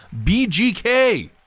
BGK